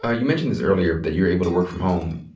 ah you mentioned this earlier that you're able to work from home.